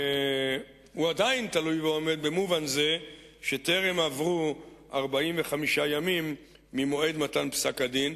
שהוא עדיין תלוי ועומד במובן זה שטרם עברו 45 ימים ממועד מתן פסק-הדין,